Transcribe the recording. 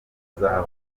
zahabu